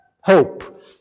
Hope